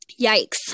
yikes